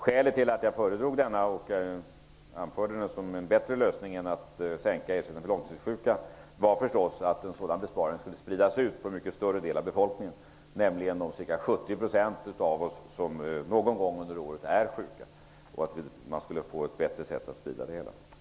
Skälet till att jag föredrog denna lösning och anförde den som bättre än att sänka ersättningen till långtidssjuka var förstås att en sådan besparing skulle ha spridits ut över en mycket större del av befolkningen, dvs. de ca 70 % av oss som någon gång under året är sjuka. Det hade varit ett bättre sätt att sprida det hela.